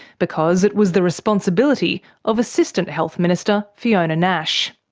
because it was the responsibility of assistant health minister fiona nash.